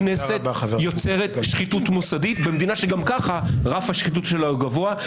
הכנסת יוצרת שחיתות מוסדית במדינה שגם ככה רף השחיתות שלה הוא גבוה.